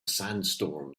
sandstorm